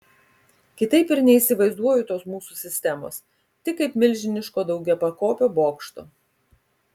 kitaip ir neįsivaizduoju tos mūsų sistemos tik kaip milžiniško daugiapakopio bokšto